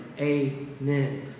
Amen